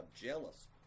jealous